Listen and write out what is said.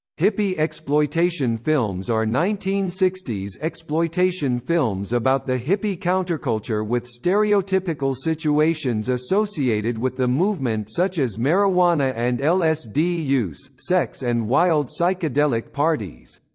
hippie exploitation films are nineteen sixty s exploitation films about the hippie counterculture with stereotypical situations associated with the movement such as marijuana and lsd use, sex and wild psychedelic parties.